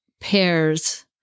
pairs